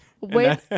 Wait